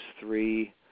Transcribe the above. three